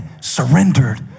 surrendered